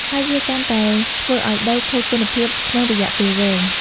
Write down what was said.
ហើយវាកាន់តែធ្វើឱ្យដីខូចគុណភាពក្នុងរយៈពេលវែង។